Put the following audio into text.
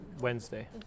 Wednesday